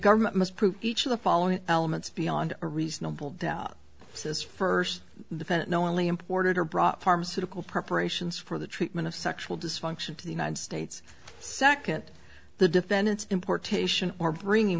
government must prove each of the following elements beyond a reasonable doubt says first defendant knowingly imported or brought pharmaceutical preparations for the treatment of sexual dysfunction to the united states second the defendant's importation or bring in